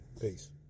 peace